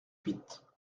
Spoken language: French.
huit